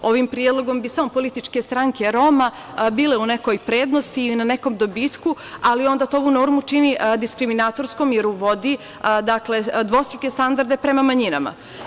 Ovim predlogom bi samo političke stranke Roma bile u nekoj prednosti i na nekom dobitku, ali to ovu normu čini diskriminatorskom, jer uvodi dvostruke standarde prema manjinama.